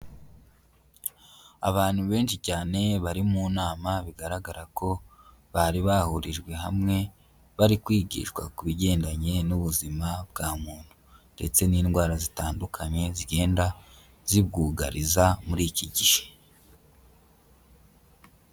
Abantu benshi cyane bari mu nama bigaragara ko bari bahurijwe hamwe, bari kwigishwa ku bigendanye n'ubuzima bwa muntu. Ndetse n'indwara zitandukanye zigenda zibwugariza muri iki gihe.